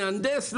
מהנדס,